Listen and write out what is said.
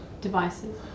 devices